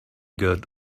good